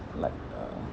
like uh